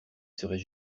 serait